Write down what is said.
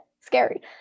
Scary